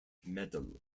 medal